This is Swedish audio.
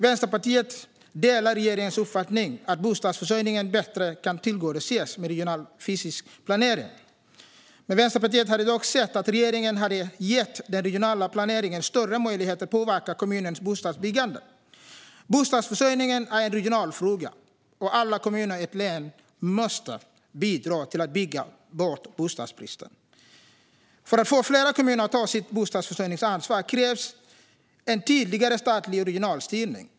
Vänsterpartiet delar regeringens uppfattning att bostadsförsörjningen bättre kan tillgodoses med regional fysisk planering. Vänsterpartiet hade dock hellre sett att regeringen gav den regionala planeringen större möjligheter att påverka kommunernas bostadsbyggande. Bostadsförsörjningen är en regional fråga, och alla kommuner i ett län måste bidra till att bygga bort bostadsbristen. För att få fler kommuner att ta sitt bostadsförsörjningsansvar krävs en tydligare statlig och regional styrning.